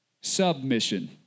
Submission